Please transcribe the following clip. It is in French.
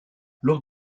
lors